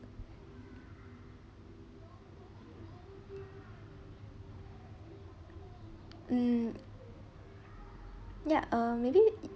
mm ya um maybe